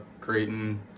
Creighton